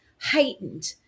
heightened